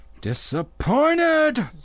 Disappointed